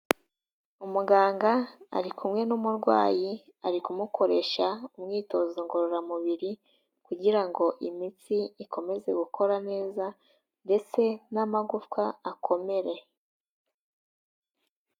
Umuganga ari kumwe n'umurwayi, ari kumukoresha umwitozo ngororamubiri kugira ngo imitsi ikomeze gukora neza ndetse n'amagufwa akomere.